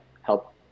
help